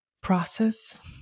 process